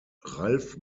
ralf